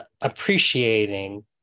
appreciating